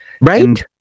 right